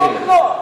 מה הוא אומר?